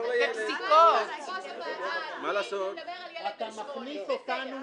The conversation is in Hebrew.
--- אתה מכניס אותנו